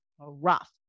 rough